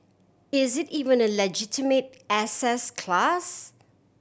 is it even a legitimate assets class